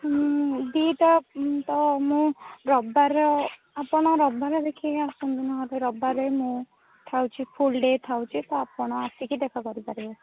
ମୁଁ ଦୁଇଟା ତ ମୁଁ ରବିବାର ଆପଣ ରବିବାର ଦେଖିକି ଆସନ୍ତୁ ନହେଲେ ରବିବାରେ ମୁଁ ଥାଉଛି ଫୁଲ୍ ଡେ' ଥାଉଛି ତ ଆପଣ ଆସିକି ଦେଖା କରିପାରିବେ